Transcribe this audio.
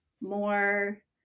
more